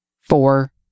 Four